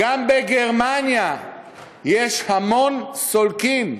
גם בגרמניה יש המון סולקים,